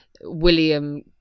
William